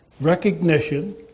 recognition